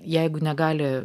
jeigu negali